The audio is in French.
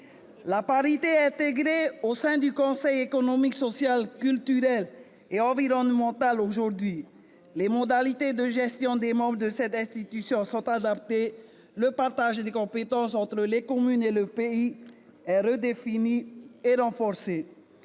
la parité sera garantie au sein du Conseil économique, social, culturel et environnemental. Les modalités de gestion des membres de cette institution sont adaptées, le partage des compétences entre les communes et le pays est redéfini et renforcé.